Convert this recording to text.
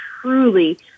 truly